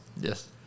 Yes